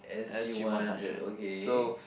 s_g one hundred so